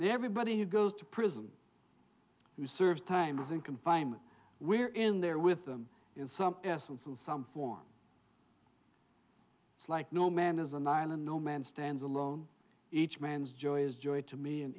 everybody who goes to prison to serve time is in confinement we're in there with them in some essence in some form it's like no man is an island no man stands alone each man's joy is joy to me and